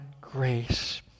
grace